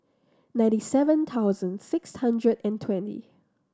ninety seven thousand six hundred and twenty